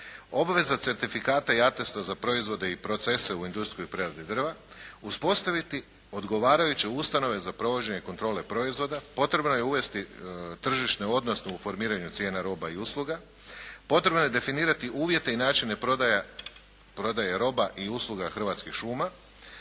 obveza certifikata i atesta za proizvode i procese u industrijskoj preradi drva, uspostaviti odgovarajuće ustanove za provođenje kontrole proizvoda, potrebno je uvesti tržišni odnos u formiranju cijena roba i usluga, potrebno je definirati uvjete i načine prodaje roba i usluga Hrvatskih šuma,